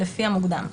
לפי המוקדם,".